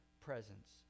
presence